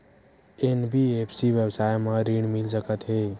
NBFC व्यवसाय मा ऋण मिल सकत हे